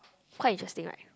quite interesting right